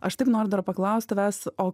aš taip noriu paklaust tavęs o